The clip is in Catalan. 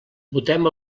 votem